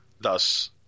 Thus